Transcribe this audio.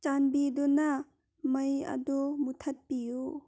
ꯆꯥꯟꯕꯤꯗꯨꯅ ꯃꯩ ꯑꯗꯨ ꯃꯨꯊꯠ ꯄꯤꯌꯨ